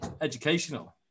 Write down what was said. educational